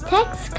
Text